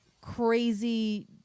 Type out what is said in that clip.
crazy